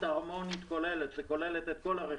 הרמונית כוללת שכוללת את כל הרכיבים,